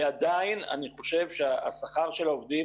ועדיין אני חושב שהשכר של העובדים